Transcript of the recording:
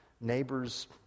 neighbors